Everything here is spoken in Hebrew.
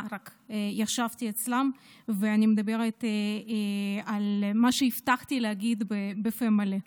ישבתי אצלם ועל מה שהבטחתי להגיד בפה מלא,